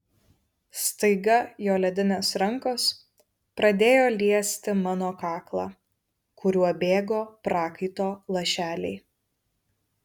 staiga jo ledinės rankos pradėjo liesti mano kaklą kuriuo bėgo prakaito lašeliai